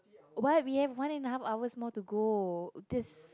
why we have one and half hours more to go this